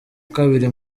kabiri